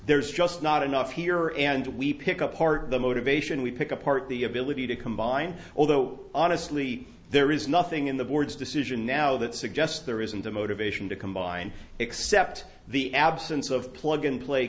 there's just not enough here and we pick up part of the motivation we pick apart the ability to combine although honestly there is nothing in the board's decision now that suggests there isn't a motivation to combine except the absence of plug and play